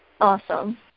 Awesome